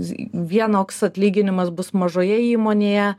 vienoks atlyginimas bus mažoje įmonėje